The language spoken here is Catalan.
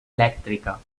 elèctrica